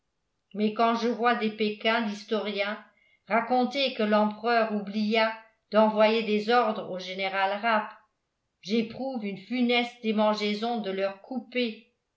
mais quand je vois des pékins d'historiens raconter que l'empereur oublia d'envoyer des ordres au général rapp j'éprouve une funeste démangeaison de leur couper